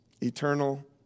Eternal